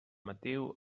mateu